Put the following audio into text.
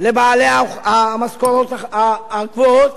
לבעלי המשכורות הגבוהות